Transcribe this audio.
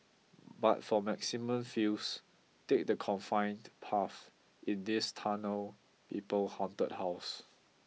but for maximum feels take the confined path in this Tunnel People haunted house